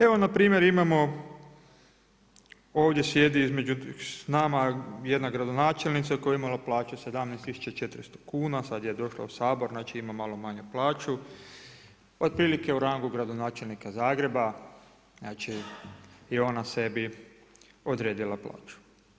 Evo npr. imamo ovdje sjedi s nama jedna gradonačelnica koja je imala 17 400 kuna, sad je došla u Sabor, znači ima malo manju plaću, otprilike u rangu gradonačelnika Zagreba, znači i ona sebi odredila plaću.